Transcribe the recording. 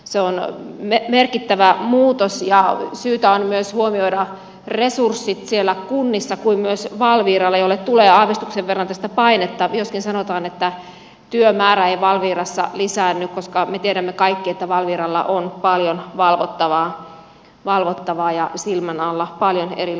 se on merkittävä muutos ja syytä on myös huomioida resurssit siellä kunnissa kuin myös valviralla jolle tulee aavistuksen verran tästä painetta joskin sanotaan että työmäärä ei valvirassa lisäänny koska me tiedämme kaikki että valviralla on paljon valvottavaa ja silmän alla paljon erilaisia asioita